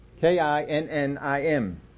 K-I-N-N-I-M